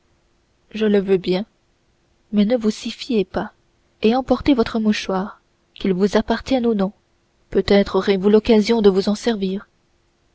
je le veux bien mais ne vous y fiez pas et emportez votre mouchoir qu'il vous appartienne ou non peut-être aurez-vous l'occasion de vous en servir